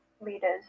leaders